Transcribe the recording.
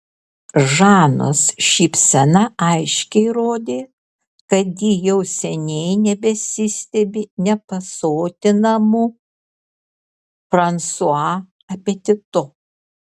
žanos šypsena aiškiai rodė kad ji jau seniai nebesistebi nepasotinamu fransua apetitu